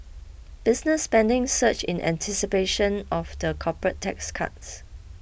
business spending surged in anticipation of the corporate tax cuts